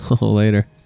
later